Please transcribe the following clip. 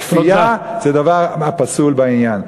הכפייה היא הדבר הפסול בעניין.